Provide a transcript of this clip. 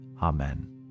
Amen